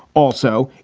also,